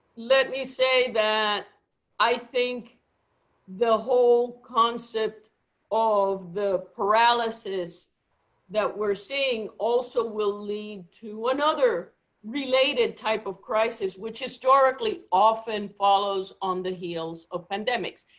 let me say that i think the whole concept of the paralysis that we're seeing also will lead to another related type of crisis, which historically, often follows on the heels of pandemics.